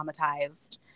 traumatized